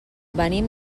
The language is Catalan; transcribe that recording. venim